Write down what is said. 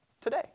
today